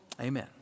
Amen